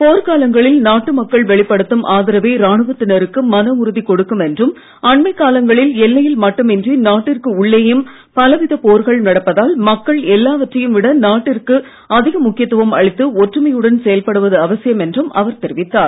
போர்க் காலங்களில் நாட்டு மக்கள் வெளிப்படுத்தும் ஆதரவே ராணுவத்தினருக்கு மன உறுதி கொடுக்கும் என்றும் அண்மைக் காலங்களில் எல்லையில் மட்டுமின்றி நாட்டிற்கு உள்ளேயும் பலவிதப் போர்கள் நடப்பதால் மக்கள் எல்லாவற்றையும் விட நாட்டிற்கு அதிக முக்கியத்துவம் அளித்து ஒற்றுமையுடன் செயல்படுவது அவசியம் என்றும் அவர் தெரிவித்தார்